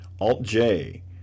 Alt-J